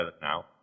now